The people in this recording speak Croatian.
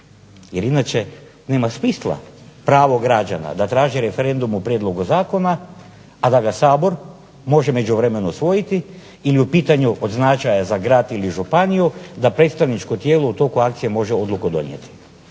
Jer inače nema smisla pravo građana da traži referendum o prijedlogu zakona, a da ga Sabor može u međuvremenu usvojiti ili u pitanju od značaja za grad ili županiju da predstavničko tijelo u toku akcije može odluku donijeti.